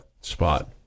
spot